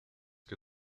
que